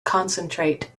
concentrate